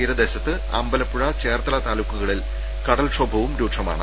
തീരദേശത്ത് അമ്പലപ്പുഴ ചേർത്തല താലൂക്കുകളിൽ കടൽക്ഷോഭവും രൂക്ഷമാണ്